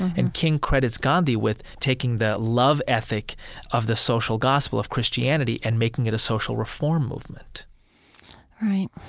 and king credits gandhi with taking the love ethic of the social gospel of christianity and making it a social reform movement right.